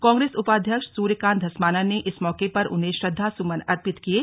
कांग्रेस उपाध्यक्ष सूर्यकांत धस्माना ने इस मौके पर उन्हें श्रद्वा सुमन अर्पित किये